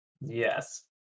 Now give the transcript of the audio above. Yes